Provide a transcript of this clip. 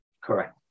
Correct